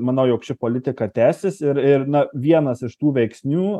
manau jog ši politika tęsis ir ir na vienas iš tų veiksnių